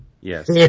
Yes